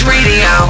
Radio